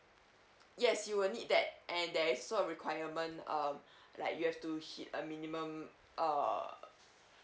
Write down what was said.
yes you will need that and there's also a requirement um like you have to hit a minimum uh